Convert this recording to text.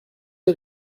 les